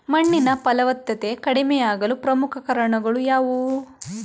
ಮಣ್ಣಿನ ಫಲವತ್ತತೆ ಕಡಿಮೆಯಾಗಲು ಪ್ರಮುಖ ಕಾರಣಗಳು ಯಾವುವು?